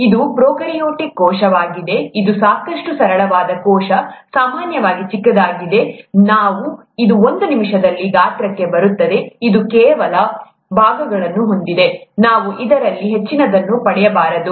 ಇದು ಪ್ರೊಕಾರ್ಯೋಟಿಕ್ ಕೋಶವಾಗಿದೆ ಇದು ಸಾಕಷ್ಟು ಸರಳವಾದ ಕೋಶ ಸಾಮಾನ್ಯವಾಗಿ ಚಿಕ್ಕದಾಗಿದೆ ನಾವು ಒಂದು ನಿಮಿಷದಲ್ಲಿ ಗಾತ್ರಕ್ಕೆ ಬರುತ್ತೇವೆ ಇದು ಕೆಲವು ಭಾಗಗಳನ್ನು ಹೊಂದಿದೆ ನಾವು ಅದರಲ್ಲಿ ಹೆಚ್ಚಿನದನ್ನು ಪಡೆಯಬಾರದು